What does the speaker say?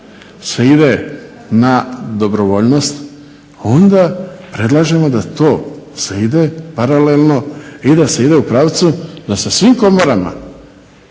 se ide na dobrovoljnost, onda predlažemo da se to ide paralelno i da se ide u pravcu da sa svim komorama